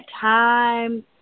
time